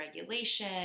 regulation